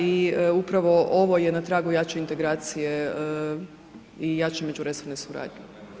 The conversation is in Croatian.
I upravo ovo je na tragu jače integracije i jače međuresorne suradnje.